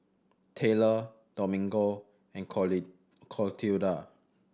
Tayler Domingo and Clotilda